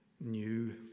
new